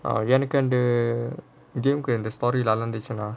எனக்கு வந்து:ennakku vanthu game and the story நல்லா இருந்துச்சுன்னா:nallaa irunthuchinaa